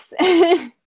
Yes